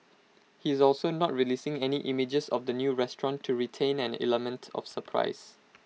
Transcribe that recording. he's also not releasing any images of the new restaurant to retain an element of surprise